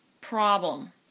problem